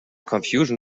confusion